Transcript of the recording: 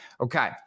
Okay